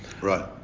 Right